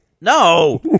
No